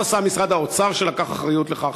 טוב עשה משרד האוצר שלקח אחריות לכך,